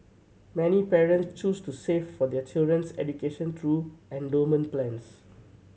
many parents choose to save for their children's education through endowment plans